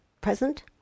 present